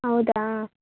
ಹೌದಾ